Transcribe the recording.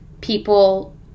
people